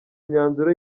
imyanzuro